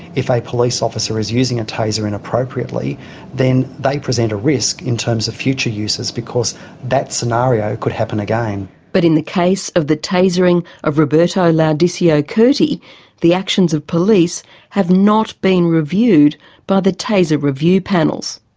if a police officer is using a taser inappropriately then they present a risk in terms of future uses because that scenario could happen again. but in the case of the tasering of roberto laudisio curti the actions of police have not been reviewed by the taser review panels.